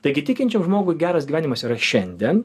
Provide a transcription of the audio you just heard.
taigi tikinčiam žmogui geras gyvenimas yra šiandien